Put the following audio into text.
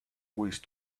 wish